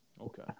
Okay